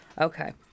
Okay